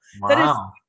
Wow